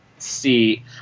see